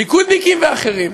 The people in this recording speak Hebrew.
ליכודניקים ואחרים.